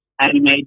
animated